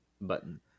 button